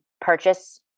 purchase